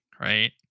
right